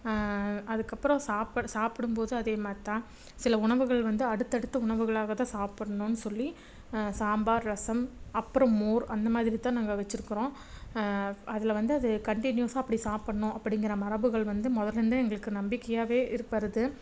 அதுக்கப்புறம் சாப் சாப்பிடும்போதும் அதேமாதிரிதான் சில உணவுகள் வந்து அடுத்தடுத்து உணவுகளாக தான் சாப்பிட்ணுன்னு சொல்லி சாம்பார் ரசம் அப்புறம் மோர் அந்தமாதிரி தான் நாங்கள் வச்சிருக்குறோம் அதில் வந்து அது கண்டினியூஸாக அப்படி சாப்பிட்ணும் அப்படிங்கிற மரபுகள் வந்து முதல்லேந்தே எங்களுக்கு நம்பிக்கையாகவே இருக்கிறது